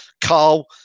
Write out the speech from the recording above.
Carl